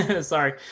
Sorry